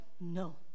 no